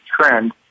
trend